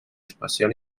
espacial